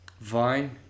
Vine